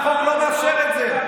החוק לא מאפשר את זה.